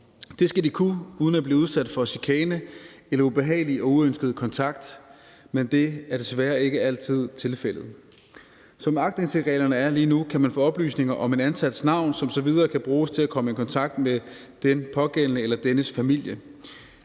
Det skal de kunne uden at blive udsat for chikane eller ubehagelig og uønsket kontakt, men det er desværre ikke altid tilfældet. Som aktindsigtsreglerne er lige nu, kan man få oplysninger om en ansats navn, som så videre kan bruges til at komme i kontakt med den pågældende eller dennes familie.